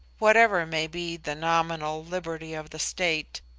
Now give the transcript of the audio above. whatever may be the nominal liberty of the state,